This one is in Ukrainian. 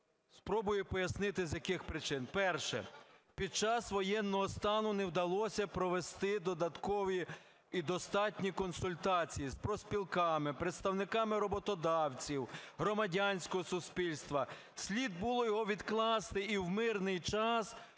Спробую пояснити, з яких причин. Перше. Під час воєнного стану не вдалося провести додаткові і достатні консультації з профспілками, представниками роботодавців, громадянського суспільства. Слід було його відкласти і в мирний час